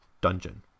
dungeon